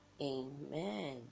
Amen